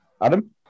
Adam